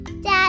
Dad